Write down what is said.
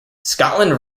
scotland